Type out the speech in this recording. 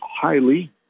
highly